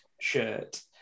shirt